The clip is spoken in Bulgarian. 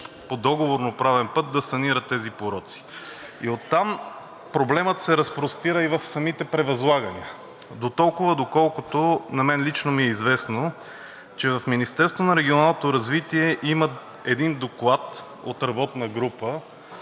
по договорно-правен път да санира тези пороци? Оттам проблемът се разпростира и в самите превъзлагания – дотолкова, доколкото на мен лично ми е известно, че в Министерството на регионалното развитие имат един доклад от работна група,